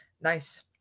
nice